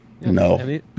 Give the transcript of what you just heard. No